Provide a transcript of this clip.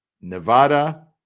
Nevada